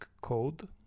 code